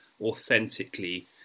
authentically